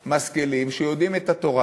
משכילים, שיודעים את התורה